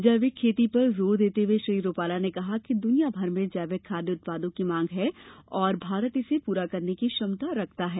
जैविक खेती पर जोर देते हुए श्री रूपाला ने कहा कि दुनिया भर में जैविक खाद्य उत्पादों की मांग है और भारत इसे पूरा करने की क्षमता रखता है